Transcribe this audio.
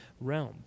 realm